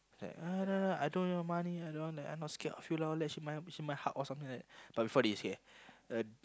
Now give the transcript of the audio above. I don't want your money I don't want like I not scared of you lah all that she my she my heart or something like that but before this okay uh